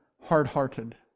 hard-hearted